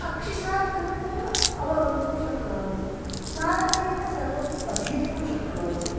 अक्षिसात् कृत्वैव अवगन्तुं शक्नुवन्ति सारल्येन सर्वम् अधीतुं शक्नुवन्ति